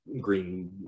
green